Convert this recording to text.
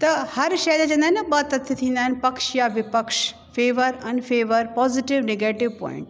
त हर शइ जा चाहींदा आहिनि कि ॿ तर्क थींदा आहिनि पक्ष या विपक्ष favour unfavour positive negative point